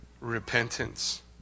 repentance